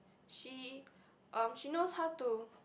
she um she knows how to